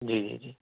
جی جی جی